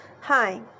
Hi